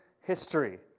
history